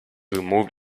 removed